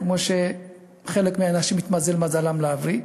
כמו שחלק מהאנשים מתמזל מזלם להבריא,